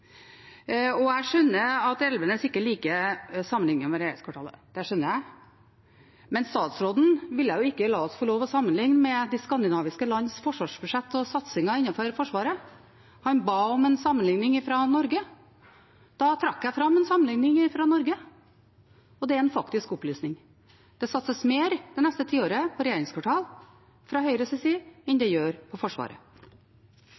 Jeg skjønner at Elvenes ikke liker sammenligningen med regjeringskvartalet. Det skjønner jeg, men statsråden ville jo ikke la oss få lov til å sammenligne med de skandinaviske lands forsvarsbudsjett og satsinger innenfor forsvar. Han ba om en sammenligning fra Norge. Da trakk jeg fram en sammenligning fra Norge, og det er en faktisk opplysning. Det satses det neste tiåret fra Høyres side mer på